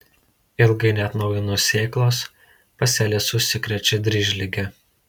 ilgai neatnaujinus sėklos pasėlis užsikrečia dryžlige